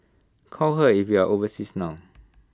call her if you are overseas now